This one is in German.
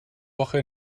woche